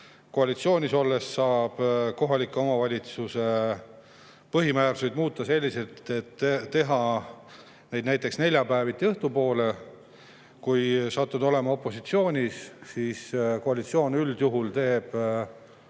Koalitsioonis olles saab kohaliku omavalitsuse põhimäärust muuta selliselt, et teha [istungeid] näiteks neljapäeviti õhtupoole. Kui satud olema opositsioonis, siis teeb koalitsioon üldjuhul